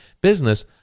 business